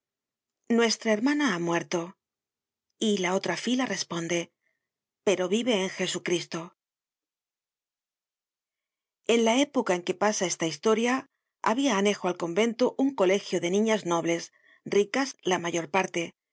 nuestra hermana ha muerto y la olra fila responde pero vire en je sucristo en la época en que pasa esta historia habia anejo al convento un colegio de niñas nobles ricas la mayor parte